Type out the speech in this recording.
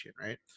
right